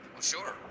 sure